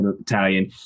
italian